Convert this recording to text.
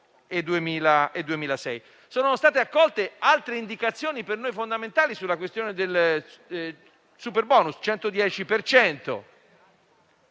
Sono state accolte altre indicazioni, per noi fondamentali, sulla questione del superbonus al 110